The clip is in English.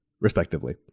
respectively